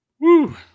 Woo